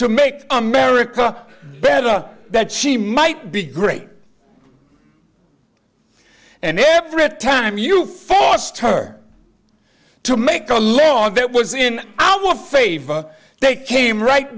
to make america better that she might be great and every time you forced her to make a law that was in our favor they came right